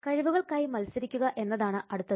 കഴിവുകൾക്കായി മത്സരിക്കുക എന്നതാണ് അടുത്തത്